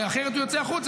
אחרת הוא יוצא החוצה.